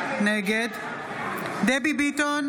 נגד דבי ביטון,